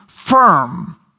Firm